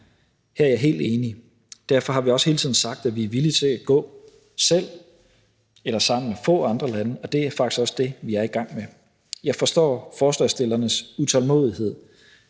Her er jeg helt enig. Derfor har vi også hele tiden sagt, at vi er villige til at gå selv eller sammen med få andre lande, og det er faktisk også det, vi er i gang med. Jeg forstår forslagsstillernes utålmodighed.